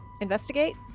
investigate